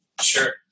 sure